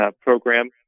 program